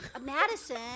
Madison